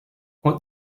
what